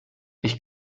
ich